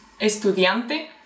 estudiante